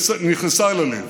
ושנכנסה אל הלב.